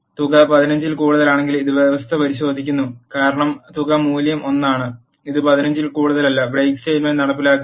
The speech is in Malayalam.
തുക 15 ൽ കൂടുതലാണെങ്കിൽ ഇത് വ്യവസ്ഥ പരിശോധിക്കുന്നു കാരണം തുക മൂല്യം 1 ആണ് ഇത് 15 ൽ കൂടുതലല്ല ബ്രേക്ക് സ്റ്റേറ്റ്മെന്റ് നടപ്പിലാക്കില്ല